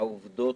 העובדות